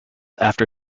after